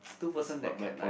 two person that can like